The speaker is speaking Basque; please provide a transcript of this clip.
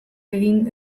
egin